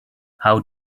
how